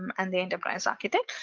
and the enterprise architect,